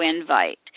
invite